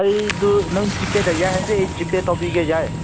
ꯑꯩꯗꯨ ꯅꯪ ꯖꯤꯄꯦꯗ ꯌꯥꯏ ꯍꯥꯏꯔꯗꯤ ꯑꯩ ꯖꯤꯄꯦ ꯇꯧꯕꯤꯒꯦ ꯌꯥꯏ